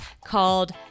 called